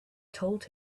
told